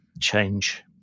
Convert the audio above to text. change